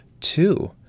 two